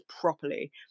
properly